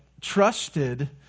trusted